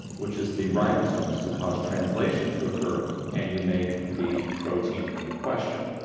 which is the ribosomes, to cause translation to occur and you make the protein in question.